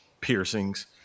piercings